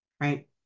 Right